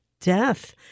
death